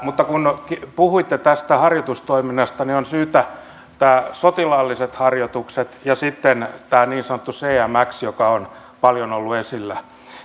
mutta kun puhuitte tästä harjoitustoiminnasta niin on syytä erottaa nämä sotilaalliset harjoitukset ja sitten tämä niin sanottu cmx joka on paljon ollut esillä